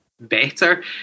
better